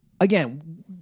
Again